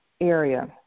area